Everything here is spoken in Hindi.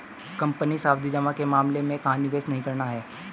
कंपनी सावधि जमा के मामले में कहाँ निवेश नहीं करना है?